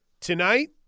Tonight